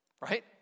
right